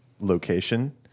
location